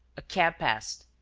a cab passed.